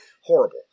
Horrible